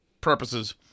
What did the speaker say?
purposes